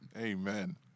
Amen